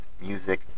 music